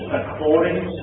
according